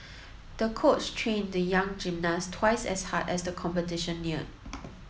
the coach trained the young gymnast twice as hard as the competition neared